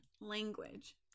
language